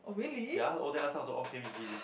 ya old day lah some of the okay we gym